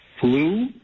flu